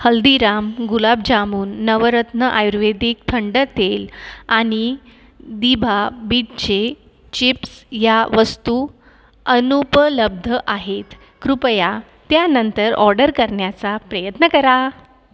हल्दीराम गुलाबजामून नवरत्न आयुर्वेदिक थंड तेल आणि दिभा बीटचे चिप्स या वस्तू अनुपलब्ध आहेत कृपया त्या नंतर ऑर्डर करण्याचा प्रयत्न करा